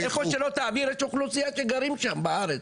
איפה שלא תעביר יש אוכלוסייה שגרים שם בארץ,